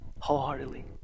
wholeheartedly